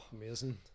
amazing